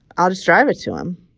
i'll just drive it to him.